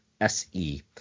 SE